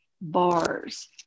bars